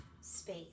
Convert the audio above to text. space